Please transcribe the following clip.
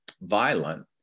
violent